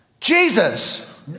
Jesus